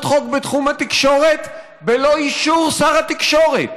חוק בתחום התקשורת בלא אישור שר התקשורת.